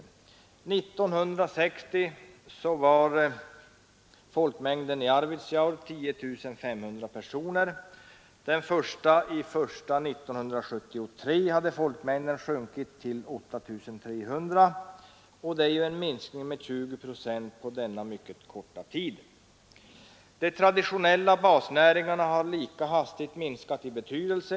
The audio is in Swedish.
År 1960 var folkmängden i Arvidsjaur 10 500 personer. Den 1 januari 1973 hade folkmängden sjunkit till 8 300 — det är en minskning med 20 procent på denna korta tid. De traditionella basnäringarna har lika hastigt minskat i betydelse.